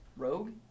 Rogue